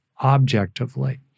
objectively